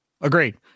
Agreed